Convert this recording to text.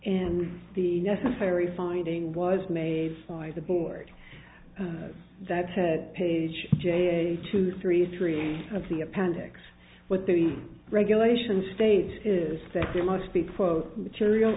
and the necessary finding was made by the board that page two three three of the appendix what the regulations state is that there must be quote material